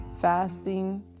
fasting